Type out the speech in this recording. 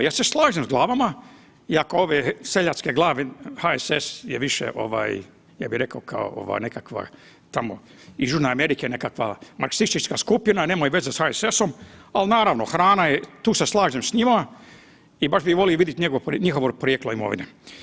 Ja se slažem s glavama iako ove seljačke glave HSS je više ja bih rekao kao nekakva iz Južne Amerike nekakva marksistička skupina, nemaju veze sa HSS-om, ali naravno hrana i tu se slažem s njima i baš bih volio vidjeti njihovo porijeklo imovine.